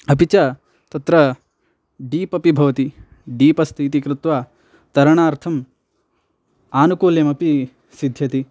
अपि च तत्र डीप् अपि भवति डीप् अस्ति इति कृत्वा तरणार्थम् आनुकूल्यमपि सिध्यति